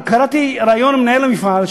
קראתי בעיתון ריאיון עם מנהל המפעל,